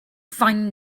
find